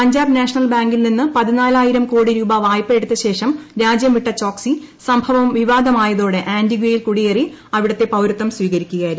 Punjab national ബാങ്കിൽ നിന്ന് പതിനാലായിരും കോടി രൂപ വായ്പയെടുത്ത ശേഷം രാജ്യം വിട്ട ചോക്സിക് സ്ത്ഭവം വിവാദമായതോടെ ആന്റിഗ്വയിൽ കുടിയേറി അവിടത്തെ പൌർത്വം സ്വീകരിക്കുകയായിരുന്നു